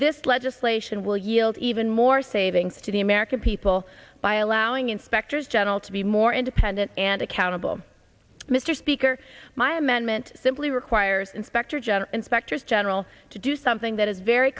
this legislation will yield even more savings to the american people by allowing inspectors general to be more independent and accountable mr speaker my amendment simply requires inspector general inspectors general to do something that is very